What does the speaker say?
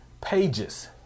pages